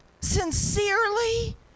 sincerely